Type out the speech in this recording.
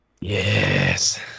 Yes